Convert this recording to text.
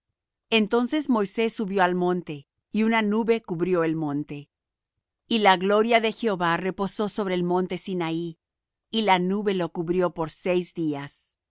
entonces moisés subió al monte y una nube cubrió el monte y la gloria de jehová reposó sobre el monte sinaí y la nube lo cubrió por seis días